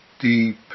deep